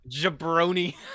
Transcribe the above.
Jabroni